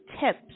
tips